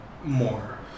More